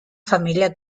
familia